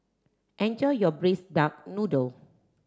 enjoy your braised duck noodle